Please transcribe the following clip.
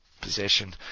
possession